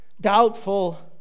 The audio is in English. doubtful